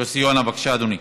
יוסי יונה, בבקשה, אדוני.